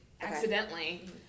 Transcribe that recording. accidentally